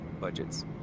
budgets